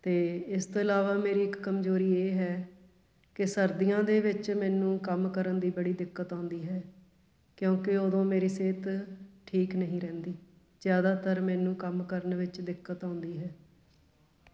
ਅਤੇ ਇਸ ਤੋਂ ਇਲਾਵਾ ਮੇਰੀ ਇੱਕ ਕਮਜ਼ੋਰੀ ਇਹ ਹੈ ਕਿ ਸਰਦੀਆਂ ਦੇ ਵਿੱਚ ਮੈਨੂੰ ਕੰਮ ਕਰਨ ਦੀ ਬੜੀ ਦਿੱਕਤ ਆਉਂਦੀ ਹੈ ਕਿਉਂਕਿ ਉਦੋਂ ਮੇਰੀ ਸਿਹਤ ਠੀਕ ਨਹੀਂ ਰਹਿੰਦੀ ਜ਼ਿਆਦਾਤਰ ਮੈਨੂੰ ਕੰਮ ਕਰਨ ਵਿੱਚ ਦਿੱਕਤ ਆਉਂਦੀ ਹੈ